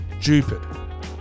stupid